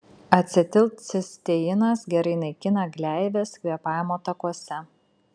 acetilcisteinas gerai naikina gleives kvėpavimo takuose